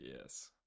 Yes